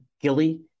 Gilly